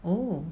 oh